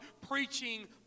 preaching